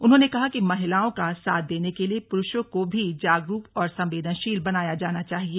उन्होंने कहा कि महिलाओं का साथ देने के लिये पुरुषों को भी जागरूक और संवेदनशील बनाया जाना चाहिए